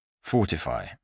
Fortify